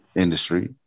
industry